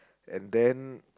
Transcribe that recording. and then